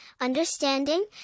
understanding